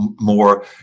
more